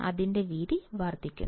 അതിൻറെ വീതി വർദ്ധിക്കുന്നു